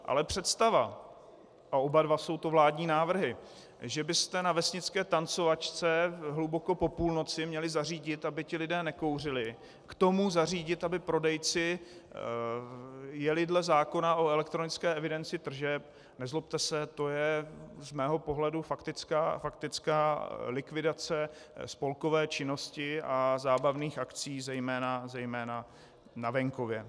Ale představa, a oba dva jsou to vládní návrhy, že byste na vesnické tancovačce hluboko po půlnoci měli zařídit, aby ti lidé nekouřili, k tomu zařídit, aby prodejci jeli dle zákona o elektronické evidenci tržeb, nezlobte se, to je z mého pohledu faktická likvidace spolkové činnosti a zábavných akcí, zejména na venkově.